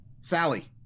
Sally